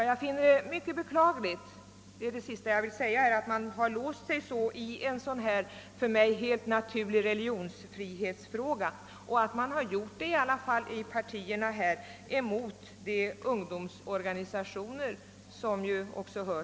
Jag finner det mycket beklagligt — detta är det sista jag skulle vilja säga här — att man har låst sig så i denna för mig alldeles klara religionsfrihetsfråga och att partierna har gjort det mot sina egna ungdomsorganisationer.